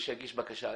ושיגיש בקשה.